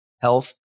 health